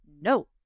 No